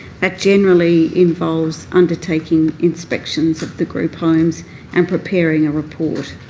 that generally involves undertaking inspections of the group homes and preparing a report.